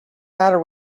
matter